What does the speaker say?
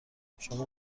شما